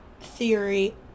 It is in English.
theory